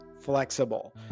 flexible